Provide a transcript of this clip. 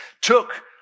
took